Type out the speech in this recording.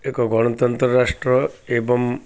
ଏକ ଗଣତନ୍ତ୍ର ରାଷ୍ଟ୍ର ଏବଂ